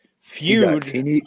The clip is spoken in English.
feud